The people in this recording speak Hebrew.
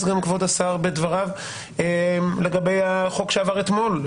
גם כבוד השר בדבריו לגבי החוק שעבר אתמול.